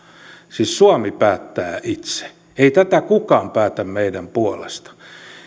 siis suomi päättää itse ei tätä kukaan päätä meidän puolestamme